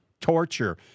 torture